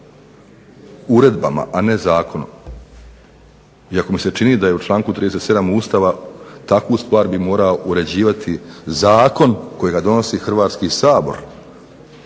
Uredbama a ne zakonom, iako mi se čini da je u članku 37. Ustava takvu stvar bi morao uređivati zakon kojega donosi Hrvatski sabor.